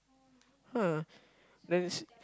ah then it's